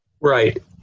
Right